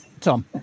Tom